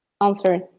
answer